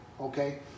okay